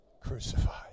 crucified